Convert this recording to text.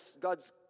God's